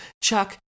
Chuck